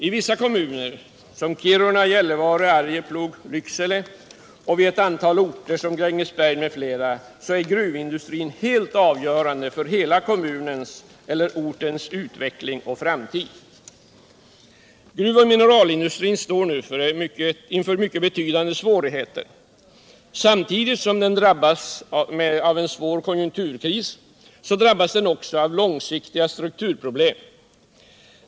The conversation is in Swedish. I vissa kommuner som Kiruna, Gällivare, Arjeplog och Lycksele och vid ett antal orter som Grängesberg m.fl. är gruvindustrin helt avgörande för hela kommunens eller ortens utveckling och framtid. Gruvoch mineralindustrin står nu inför mycket betydande svårigheter. Samtidigt som den brottas med en svår konjunkturkris drabbas den av långsiktiga strukturproblem.